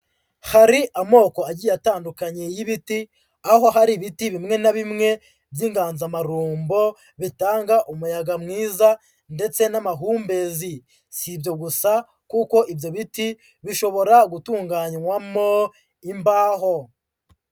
Hari amoko agiye atandukanye y'ibiti, aho hari ibiti bimwe na bimwe by'inganzamarumbo bitanga umuyaga mwiza ndetse n'amahumbezi, si ibyo gusa kuko ibyo biti bishobora gutunganywamo imbaho.